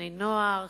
בני נוער,